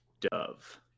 Dove